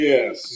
Yes